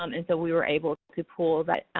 um and so we were able to pull that